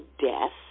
death